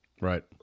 Right